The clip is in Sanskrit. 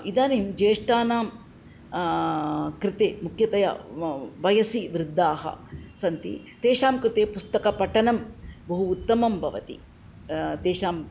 इदानीं ज्येष्ठानां कृते मुख्यतया व वयसि वृद्धाः सन्ति तेषां कृते पुस्तकपठनं बहु उत्तमं भवति तेषाम्